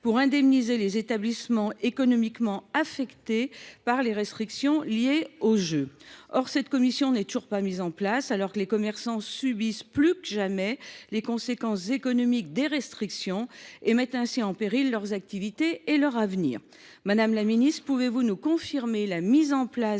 pour indemniser les établissements économiquement affectés par les restrictions liées aux Jeux. Or cette commission ne s’est toujours pas réunie alors que les commerçants subissent, plus que jamais, les conséquences économiques de ces restrictions, qui mettent en péril leurs activités et leur avenir. Madame la ministre, pouvez vous confirmer la création de